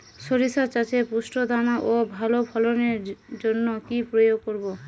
শরিষা চাষে পুষ্ট দানা ও ভালো ফলনের জন্য কি প্রয়োগ করব?